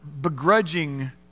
begrudging